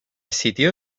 sitio